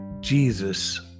Jesus